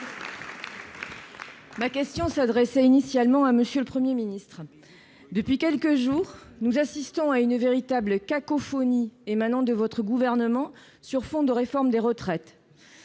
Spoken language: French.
Ma question s'adressait initialement à M. le Premier ministre. Depuis quelques jours, nous assistons à une véritable cacophonie de la part de ce gouvernement, sur fond de réforme des retraites.